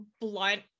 blunt